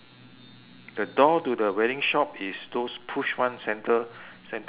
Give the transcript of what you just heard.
the door to the wedding shop is those push one centre centre push